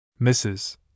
Mrs